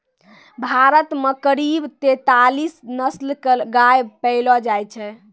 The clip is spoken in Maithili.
भारत मॅ करीब तेतालीस नस्ल के गाय पैलो जाय छै